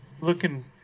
looking